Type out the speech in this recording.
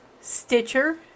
Stitcher